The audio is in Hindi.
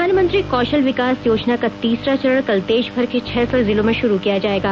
प्रधानमंत्री कौशल विकास योजना का तीसरा चरण कल देशभर के छह सौ जिलों में शुरू किया जायेगा